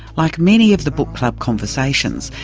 like many of the book club conversations,